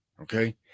Okay